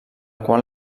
qual